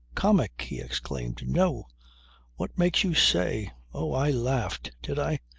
comic! he exclaimed. no! what makes you say. oh, i laughed did i?